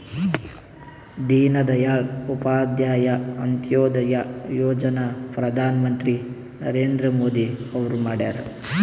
ದೀನ ದಯಾಳ್ ಉಪಾಧ್ಯಾಯ ಅಂತ್ಯೋದಯ ಯೋಜನಾ ಪ್ರಧಾನ್ ಮಂತ್ರಿ ನರೇಂದ್ರ ಮೋದಿ ಅವ್ರು ಮಾಡ್ಯಾರ್